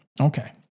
Okay